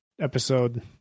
episode